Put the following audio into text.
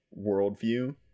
worldview